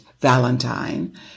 Valentine